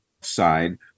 side